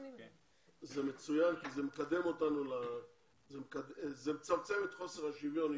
זה מצוין כי זה מקדם אותנו וזה מצמצם את חוסר השוויון,